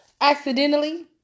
Accidentally